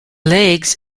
legs